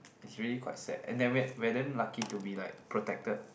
is really quite sad and that we we are damn lucky to be like protected